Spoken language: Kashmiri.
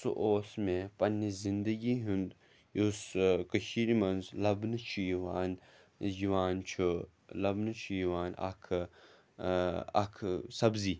سُہ اوس مےٚ پنٛنہِ زندگی ہُنٛد یُس کٔشیٖرِ منٛز لَبنہٕ چھُ یِوان یِوان چھُ لَبنہٕ چھُ یِوان اَکھٕ اَکھٕ سبزی